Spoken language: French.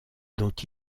dont